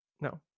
No